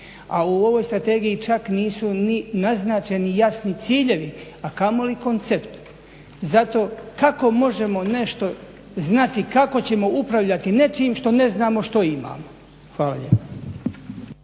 A u ovoj strategiji čak nisu ni naznačeni jasni ciljevi a kamoli koncept. Zato kako možemo nešto znati kako ćemo upravljati nečim što ne znamo što imamo. Hvala lijepa.